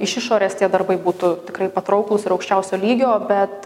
iš išorės tie darbai būtų tikrai patrauklūs ir aukščiausio lygio bet